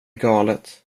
galet